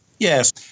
Yes